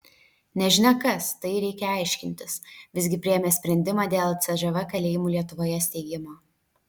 nežinia kas tai reikia aiškintis visgi priėmė sprendimą dėl cžv kalėjimų lietuvoje steigimo